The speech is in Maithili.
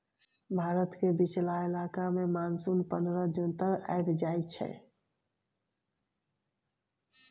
भारत केर बीचला इलाका मे मानसून पनरह जून तक आइब जाइ छै